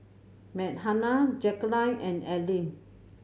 Meghann Jackeline and Aleen